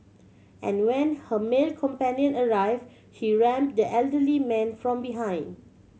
and when her male companion arrived she rammed the elderly man from behind